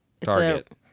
Target